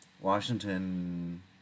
Washington